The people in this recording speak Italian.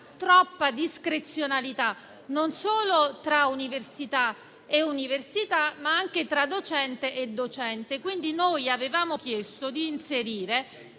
troppa discrezionalità non solo tra università e università, ma anche tra docente e docente. Noi avevamo quindi chiesto di inserire